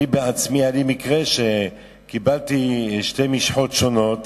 אני עצמי, היה לי מקרה שקיבלתי שתי משחות שונות.